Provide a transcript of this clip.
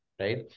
Right